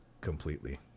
completely